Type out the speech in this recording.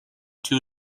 two